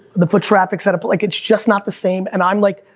the foot traffic setup, like it's just not the same, and i'm like,